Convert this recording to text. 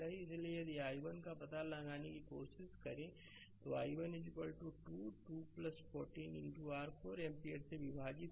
इसलिए यदि i1 का पता लगाने की कोशिश की जाए तो i1 2 2 14 r 4 एम्पीयर से विभाजित होगा